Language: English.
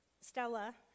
Stella